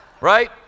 Right